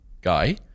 guy